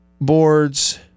boards